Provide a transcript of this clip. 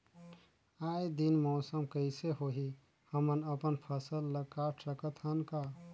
आय दिन मौसम कइसे होही, हमन अपन फसल ल काट सकत हन का?